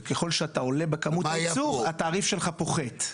וככל שאתה עולה בכמות הייצור התעריף שלך פוחת.